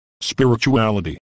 Spirituality